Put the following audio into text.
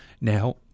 Now